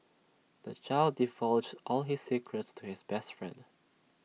the child divulged all his secrets to his best friend